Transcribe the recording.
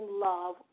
love